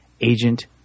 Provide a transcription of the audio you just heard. Agent